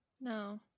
no